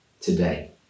today